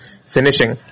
finishing